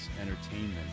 Entertainment